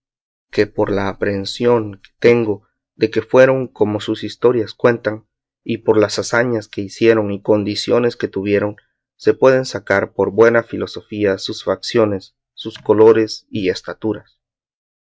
que por la aprehensión que tengo de que fueron como sus historias cuentan y por las hazañas que hicieron y condiciones que tuvieron se pueden sacar por buena filosofía sus faciones sus colores y estaturas